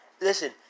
Listen